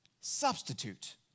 Substitute